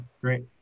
great